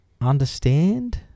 understand